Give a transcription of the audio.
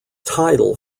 tidal